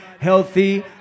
healthy